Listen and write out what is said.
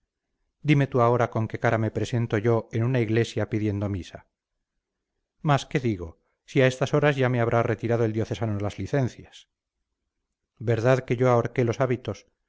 dime tú ahora con qué cara me presento yo en una iglesia pidiendo misa más qué digo si a estas horas ya me habrá retirado el diocesano las licencias verdad que yo ahorqué los hábitos